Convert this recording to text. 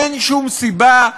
אין שום סיבה,